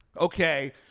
Okay